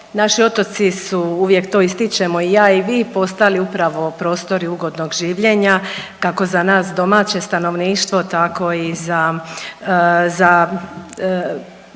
naši otoci su uvijek to ističemo i ja i vi postali upravo prostori ugodnog življenja kako za nad domaće stanovništvo tako i za,